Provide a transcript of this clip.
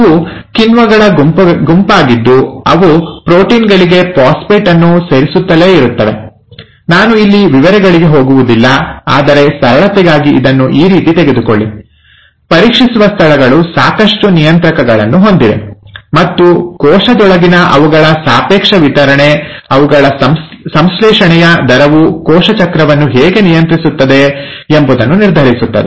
ಇವು ಕಿಣ್ವಗಳ ಗುಂಪಾಗಿದ್ದು ಅವು ಪ್ರೋಟೀನ್ ಗಳಿಗೆ ಫಾಸ್ಫೇಟ್ ಅನ್ನು ಸೇರಿಸುತ್ತಲೇ ಇರುತ್ತವೆ ನಾನು ಇಲ್ಲಿ ವಿವರಗಳಿಗೆ ಹೋಗುವುದಿಲ್ಲ ಆದರೆ ಸರಳತೆಗಾಗಿ ಇದನ್ನು ಈ ರೀತಿ ತೆಗೆದುಕೊಳ್ಳಿ ಪರೀಕ್ಷಿಸುವ ಸ್ಥಳಗಳು ಸಾಕಷ್ಟು ನಿಯಂತ್ರಕಗಳನ್ನು ಹೊಂದಿವೆ ಮತ್ತು ಕೋಶದೊಳಗಿನ ಅವುಗಳ ಸಾಪೇಕ್ಷ ವಿತರಣೆ ಅವುಗಳ ಸಂಶ್ಲೇಷಣೆಯ ದರವು ಕೋಶ ಚಕ್ರವನ್ನು ಹೇಗೆ ನಿಯಂತ್ರಿಸುತ್ತದೆ ಎಂಬುದನ್ನು ನಿರ್ಧರಿಸುತ್ತದೆ